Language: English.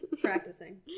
practicing